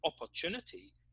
opportunity